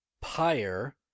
Pyre